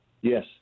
Yes